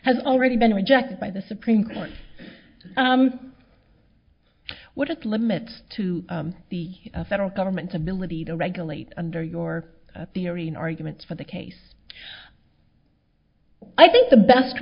has already been rejected by the supreme court what it limits to the federal government's ability to regulate under your theory an argument for the case i think the best